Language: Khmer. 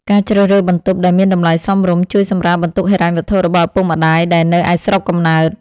ការជ្រើសរើសបន្ទប់ដែលមានតម្លៃសមរម្យជួយសម្រាលបន្ទុកហិរញ្ញវត្ថុរបស់ឪពុកម្តាយដែលនៅឯស្រុកកំណើត។